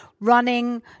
Running